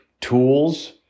tools